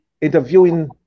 interviewing